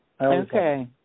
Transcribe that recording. Okay